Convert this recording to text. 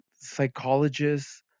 psychologists